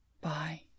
Bye